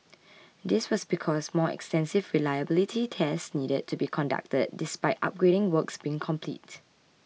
this was because more extensive reliability tests needed to be conducted despite upgrading works being complete